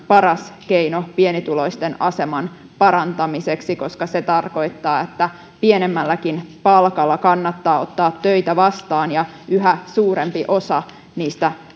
paras keino pienituloisten aseman parantamiseksi koska se tarkoittaa että pienemmälläkin palkalla kannattaa ottaa töitä vastaan kun yhä suurempi osa niistä